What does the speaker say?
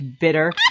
bitter